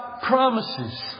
promises